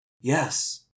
Yes